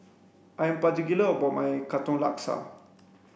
I'm particular about my katong laksa